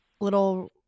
little